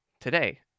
today